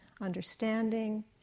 understanding